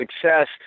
success